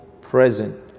present